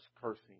cursing